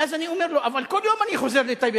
ואז אני אומר לו: אבל כל יום אני חוזר לטייבה,